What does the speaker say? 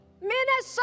Minnesota